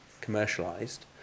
commercialized